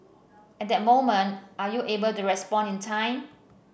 at that moment are you able to respond in time